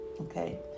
Okay